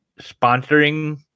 sponsoring